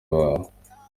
wawe